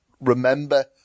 remember